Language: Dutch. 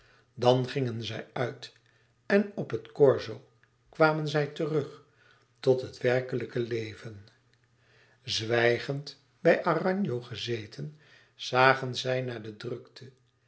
dan gingen zij uit en op het corso kwamen zij terug tot het werkelijke leven zwijgend bij aragno gezeten zagen zij naar de drukte